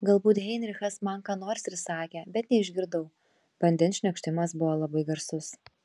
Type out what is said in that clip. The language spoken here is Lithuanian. galbūt heinrichas man ką nors ir sakė bet neišgirdau vandens šniokštimas buvo labai garsus